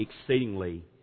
exceedingly